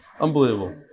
unbelievable